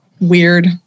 weird